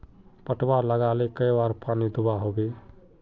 पटवा लगाले कई बार पानी दुबा होबे?